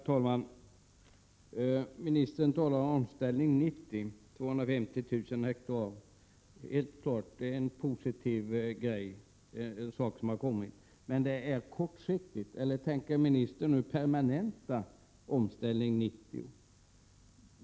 Herr talman! Ministern talade om Omställning 90 och de 250 000 ha som kommer att omfattas av detta program. Det är helt klart att denna omställning är en positiv åtgärd. Men det är en kortsiktig åtgärd, eller tänker ministern nu permanenta Omställning 90?